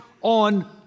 on